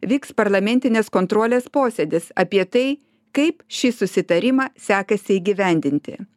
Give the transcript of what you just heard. vyks parlamentinės kontrolės posėdis apie tai kaip šį susitarimą sekasi įgyvendinti